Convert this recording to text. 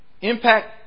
impact